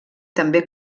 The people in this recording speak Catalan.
també